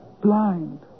blind